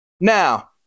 Now